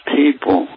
people